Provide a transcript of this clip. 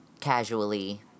casually